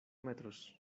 metros